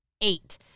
Eight